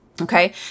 Okay